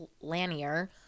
lanier